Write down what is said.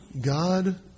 God